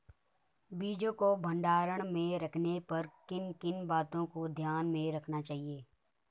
बीजों को भंडारण में रखने पर किन किन बातों को ध्यान में रखना चाहिए?